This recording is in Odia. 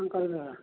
ହଁ କରିଦେବା